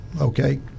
Okay